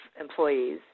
employees